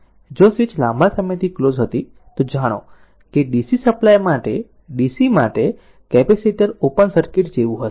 જો સ્વીચ લાંબા સમયથી ક્લોઝ હતી તો જાણો કે DC સપ્લાય માટે DC માટે કેપેસિટર ઓપન સર્કિટ જેવું હશે